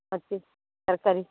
ಮತ್ತೆ ತರಕಾರಿ